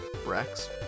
rex